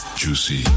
juicy